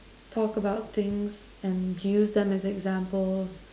talk about things and use them as examples